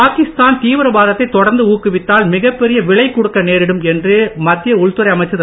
பாகிஸ்தான் தீவிரவாதத்தை தொடர்ந்து ஊக்குவித்தால் மிகப் பெரிய விலை கொடுக்க நேரும் என்று மத்திய உள்துறை அமைச்சர் திரு